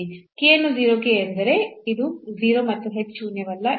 k ಅನ್ನು 0 ಗೆ ಎಂದರೆ ಇದು 0 ಮತ್ತು h ಶೂನ್ಯವಲ್ಲ